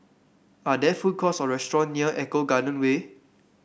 are there food courts or restaurant near Eco Garden Way